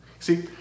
See